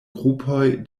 grupoj